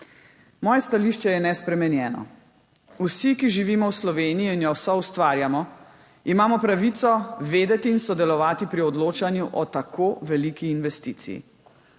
Moje stališče je nespremenjeno – vsi, ki živimo v Sloveniji in jo soustvarjamo, imamo pravico vedeti in sodelovati pri odločanju o tako veliki investiciji.